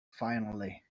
finally